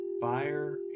Fire